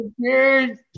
Cheers